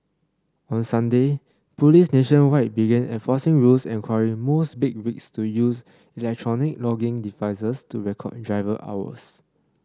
on Sunday police nationwide began enforcing rules requiring most big rigs to use electronic logging devices to record driver hours